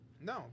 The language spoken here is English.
No